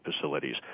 facilities